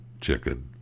chicken